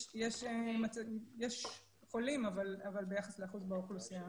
יש חולים, אבל ביחס לאחוז באוכלוסייה